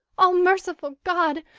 all-merciful god!